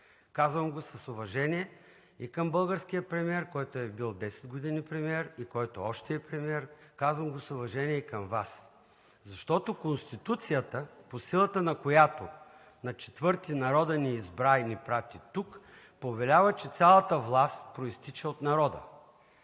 Казвам го с уважение и към българския премиер, който е бил 10 години премиер и който още е премиер, казвам го с уважение и към Вас. Защото Конституцията, по силата на която на четвърти народът ни избра и ни прати тук, повелява, че цялата власт произтича от народа.